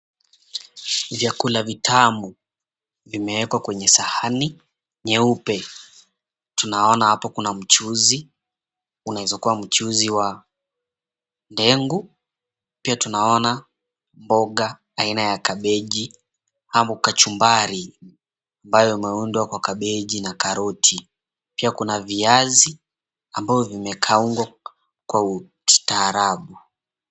Vyakula vitamu vimewekwa kwenye sahani nyeupe. Tunaona hapo kuna mchuzi, unaweza kuwa mchuzi wa ndengu pia tunaona mboga aina ya kabeji, hapo kachumbari ambayo imeundwa kwa kabeji na karoti pia kuna viazi ambavyo vimekaangwa kwa ustaarabu.